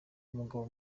umugabo